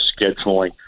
scheduling